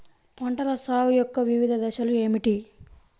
పంటల సాగు యొక్క వివిధ దశలు ఏమిటి?